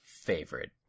favorite